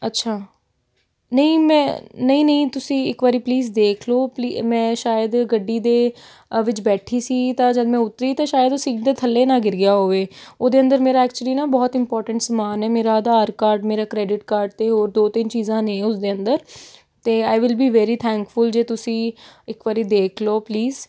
ਅੱਛਾ ਨਹੀਂ ਮੈਂ ਨਹੀਂ ਨਹੀਂ ਤੁਸੀਂ ਇੱਕ ਵਾਰੀ ਪਲੀਜ਼ ਦੇਖ ਲਉ ਪਲੀ ਮੈਂ ਸ਼ਾਇਦ ਗੱਡੀ ਦੇ ਵਿੱਚ ਬੈਠੀ ਸੀ ਤਾਂ ਜਦ ਮੈਂ ਉੱਤਰੀ ਤਾਂ ਸ਼ਾਇਦ ਉਹ ਸੀਟ ਦੇ ਥੱਲੇ ਨਾ ਗਿਰ ਗਿਆ ਹੋਵੇ ਉਹਦੇ ਅੰਦਰ ਮੇਰਾ ਐਕਚੁਲੀ ਨਾ ਬਹੁਤ ਇੰਪੋਰਟੈਂਟ ਸਮਾਨ ਹੈ ਮੇਰਾ ਆਧਾਰ ਕਾਰਡ ਮੇਰਾ ਕ੍ਰੈਡਿਟ ਕਾਰਡ ਅਤੇ ਹੋਰ ਦੋ ਤਿੰਨ ਚੀਜ਼ਾਂ ਨੇ ਉਸਦੇ ਅੰਦਰ ਅਤੇ I will be very thankful ਜੇ ਤੁਸੀਂ ਇੱਕ ਵਾਰੀ ਦੇਖ ਲਉ ਪਲੀਜ਼